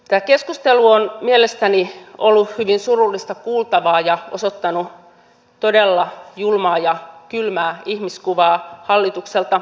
tämä keskustelu on mielestäni ollut hyvin surullista kuultavaa ja osoittanut todella julmaa ja kylmää ihmiskuvaa hallitukselta